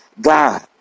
God